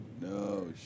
No